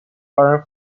iron